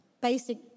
basic